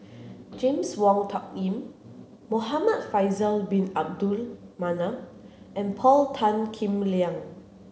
James Wong Tuck Yim Muhamad Faisal bin Abdul Manap and Paul Tan Kim Liang